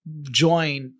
join